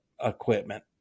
equipment